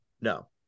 No